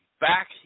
back